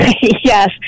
Yes